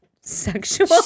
sexual